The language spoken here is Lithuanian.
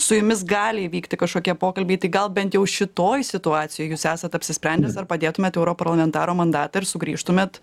su jumis gali įvykti kažkokie pokalbiai tai gal bent jau šitoj situacijoj jūs esat apsisprendęs ar padėtumėt europarlamentaro mandatą ir sugrįžtumėt